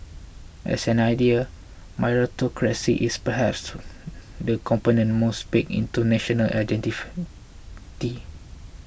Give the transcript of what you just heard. as an idea meritocracy is perhaps the component most baked into national identity